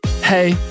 Hey